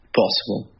possible